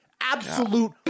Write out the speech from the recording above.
Absolute